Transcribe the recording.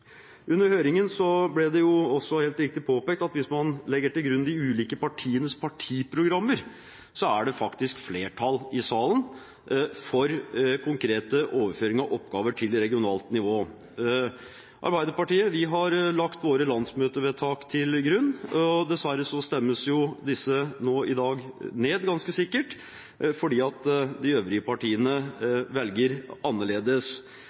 Under høringen ble det også helt riktig påpekt at hvis man legger til grunn de ulike partienes partiprogrammer, er det faktisk flertall i salen for konkrete overføringer av oppgaver til regionalt nivå. Vi i Arbeiderpartiet har lagt våre landsmøtevedtak til grunn. Dessverre stemmes disse i dag ganske sikkert ned, fordi de øvrige partiene velger annerledes.